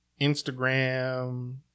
Instagram